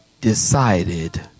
decided